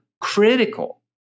critical